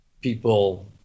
people